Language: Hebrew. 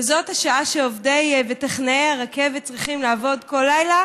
וזאת השעה שעובדי וטכנאי הרכבת צריכים לעבוד בה כל לילה